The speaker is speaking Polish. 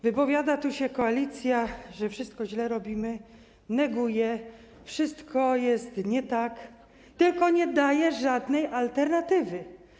Wypowiada się tu koalicja, że wszystko robimy źle, neguje, wszystko jest nie tak, tylko nie daje żadnej alternatywy.